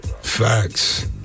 Facts